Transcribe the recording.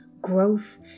growth